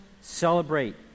celebrate